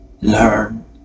Learn